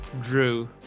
drew